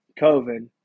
COVID